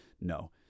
no